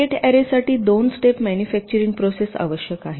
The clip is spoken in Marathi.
गेट अॅरे साठी दोन स्टेप मेनुफॅक्चरिंग प्रोसेस आवश्यक आहे